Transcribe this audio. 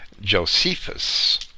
Josephus